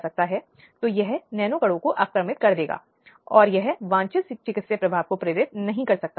इसके अलावा यह वह पुलिस अधिकारी है जिसके पास किसी व्यक्ति के पास शिकायत होने अपराध होने के संबंध में अपराध होने के संबंध में संपर्क करने के लिए होता है